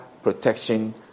protection